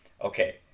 Okay